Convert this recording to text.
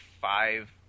five